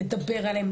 לדבר עליהם,